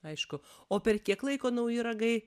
aišku o per kiek laiko nauji ragai